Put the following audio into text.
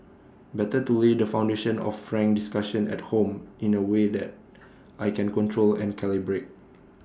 better to lay the foundation of frank discussion at home in A way that I can control and calibrate